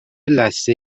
لثه